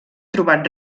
trobat